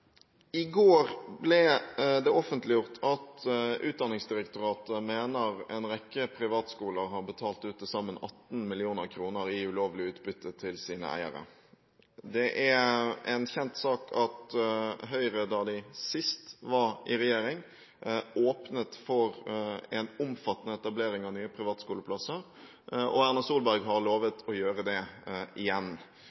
I går ble det offentliggjort at Utdanningsdirektoratet mener at en rekke privatskoler har betalt ut til sammen 18 mill. kr i ulovlig utbytte til sine eiere. Det er en kjent sak at Høyre da de sist var i regjering, åpnet for en omfattende etablering av nye privatskoleplasser – og Erna Solberg har